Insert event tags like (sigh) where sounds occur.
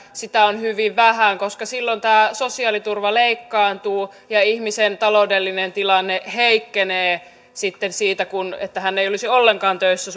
sitä on hyvin vähän koska silloin tämä sosiaaliturva leikkaantuu ja ihmisen taloudellinen tilanne heikkenee sitten siitä että hän ei olisi ollenkaan töissä (unintelligible)